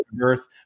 earth